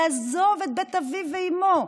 יעזוב את בית אביו ואימו.